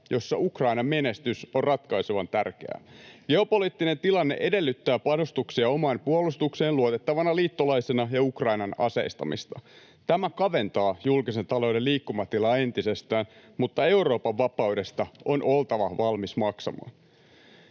jossa Ukrainan menestys on ratkaisevan tärkeä. Geopoliittinen tilanne edellyttää panostuksia omaan puolustukseen luotettavana liittolaisena ja Ukrainan aseistamista. Tämä kaventaa julkisen talouden liikkumatilaa entisestään, mutta Euroopan vapaudesta on oltava valmis maksamaan.